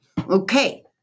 Okay